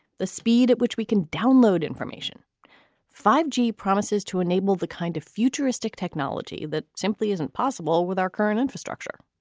the speed at which we can download information five g promises to enable the kind of futuristic technology that simply isn't possible with our current infrastructure.